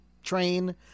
Train